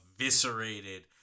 eviscerated